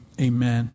amen